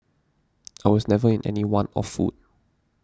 I was never in any want of food